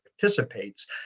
participates